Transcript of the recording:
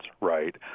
right